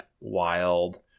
wild